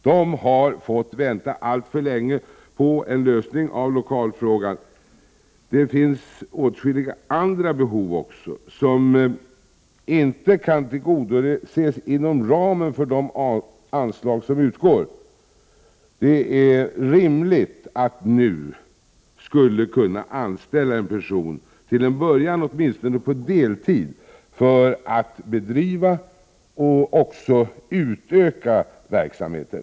Den har fått vänta alltför länge på en lösning av lokalfrågan. Det finns åtskilliga andra behov också som inte kan tillgodoses inom ramen för de anslag som utgår. Det är rimligt att NU skall kunna anställa en person, till en början åtminstone på deltid, för att bedriva och även utöka verksamheten.